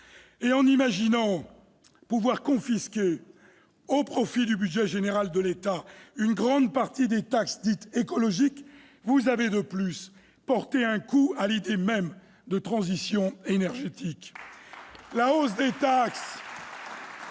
? En imaginant pouvoir confisquer, au profit du budget général de l'État, une grande partie des taxes dites « écologiques », vous avez de plus porté un coup à l'idée même de transition énergétique. La hausse des taxes